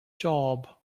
job